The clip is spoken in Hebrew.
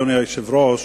אדוני היושב-ראש,